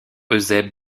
eusèbe